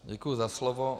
Děkuji za slovo.